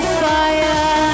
fire